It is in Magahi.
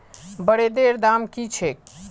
ब्रेदेर दाम की छेक